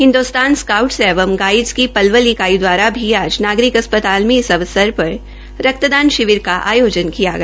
Hindustan scouts एवं guides की लवल इकाई दवारा भी आज नागरिक अस् ताल में इस अवसर र रक्तदान शिविर का आयोजन किया गया